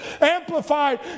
Amplified